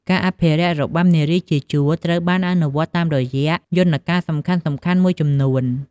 ការអភិរក្សរបាំនារីជាជួរត្រូវបានអនុវត្តតាមរយៈយន្តការសំខាន់ៗមួយចំនួន។